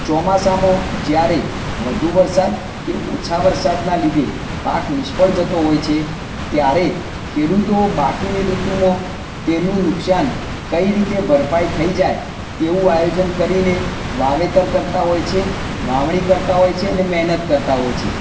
ચોમાસામાં જ્યારે વધુ વરસાદ કે ઓછા વારસાદના લીધે પાક નિષ્ફળ જતો હોય છે ત્યારે ખેડૂતો બાકીની ઋતુમાં તેનું નુકસાન કઈ રીતે ભરપાઈ થઇ જાય તેવું આયોજન કરીને વાવેતર કરતા હોય છે વાવણી કરતા હોય છે અને મહેનત કરતા હોય છે